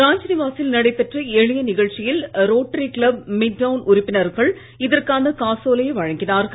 ராஜ்நிவாசில் நடைபெற்ற எளிய நிகழ்ச்சியில் ரோட்டரி கிளப் மிட் டவுண் உறுப்பினர்கள் இதற்கான காசோலையை வழங்கினார்கள்